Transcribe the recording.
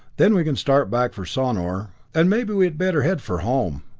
then we can start back for sonor and maybe we had better head for home.